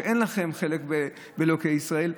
שאין לכם חלק באלוקי ישראל,